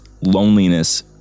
loneliness